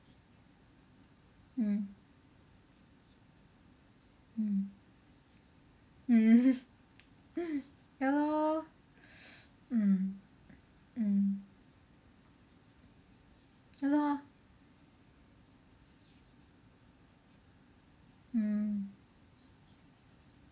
mm mm ya lor mm mm ya lor mm